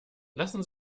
lassen